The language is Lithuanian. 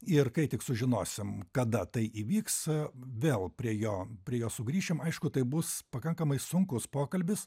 ir kai tik sužinosim kada tai įvyks vėl prie jo prie jo sugrįšim aišku tai bus pakankamai sunkus pokalbis